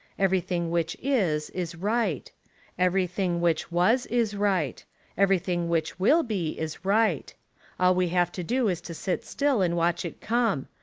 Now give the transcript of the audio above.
everything which is, is right everything which was, is right everything which will be, is right. all we have to do is to sit still and watch it come.